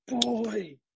boy